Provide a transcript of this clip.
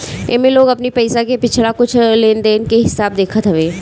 एमे लोग अपनी पईसा के पिछला कुछ लेनदेन के हिसाब देखत हवे